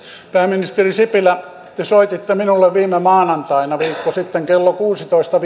pääministeri sipilä te soititte minulle viime maanantaina viikko sitten kello kuusitoista